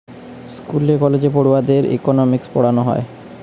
school কলেজে পড়ুয়াদের economics পোড়ানা হয়